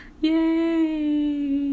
yay